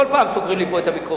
כל פעם סוגרים לי פה את המיקרופונים.